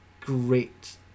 great